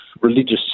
religious